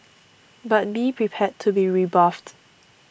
but be prepared to be rebuffed